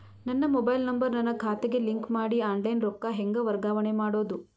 ನನ್ನ mobile number ನನ್ನ ಖಾತೆಗೆ ಲಿಂಕ್ ಮಾಡಿ ಆನ್ಲೈನ್ ರೊಕ್ಕ ಹೆಂಗ ವರ್ಗಾವಣೆ ಮಾಡೋದು?